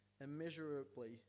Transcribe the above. immeasurably